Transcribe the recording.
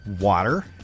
water